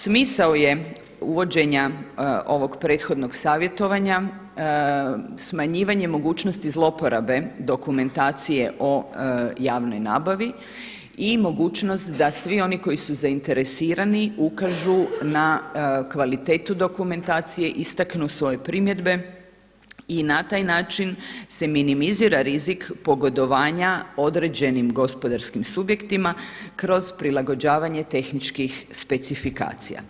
Smisao je uvođenja ovog prethodnog savjetovanja smanjivanje mogućnosti zlouporabe dokumentacije o javnoj nabavi i mogućnost da svi oni koji su zainteresirani ukažu na kvalitetu dokumentacije, istaknu svoje primjedbe i na taj način se minimizira rizik pogodovanja određenim gospodarskim subjektima kroz prilagođavanje tehničkih specifikacija.